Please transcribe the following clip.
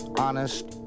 Honest